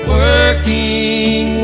working